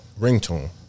ringtone